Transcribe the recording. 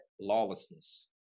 Lawlessness